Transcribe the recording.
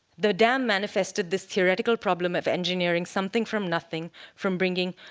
the dam manifested this theoretical problem of engineering something from nothing from bringing